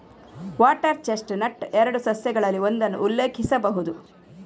water chestnut ಎರಡು ಸಸ್ಯಗಳಲ್ಲಿ ಒಂದನ್ನು ಉಲ್ಲೇಖಿಸಬಹುದು